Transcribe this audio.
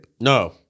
No